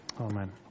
Amen